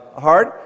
hard